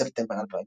בספטמבר 2007,